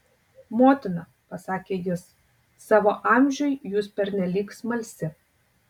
motina pasakė jis savo amžiui jūs pernelyg smalsi